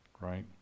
right